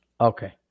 okay